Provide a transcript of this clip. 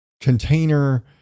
container